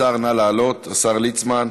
השר ליצמן,